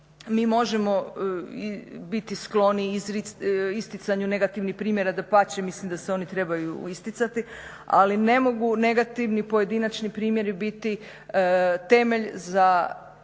Mi možemo biti skloni isticanju negativnih primjera, dapače, mislim da se oni trebaju isticati, ali ne mogu negativni pojedinačni primjeri biti temelj za